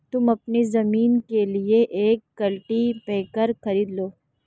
तुम अपनी जमीन के लिए एक कल्टीपैकर खरीद लो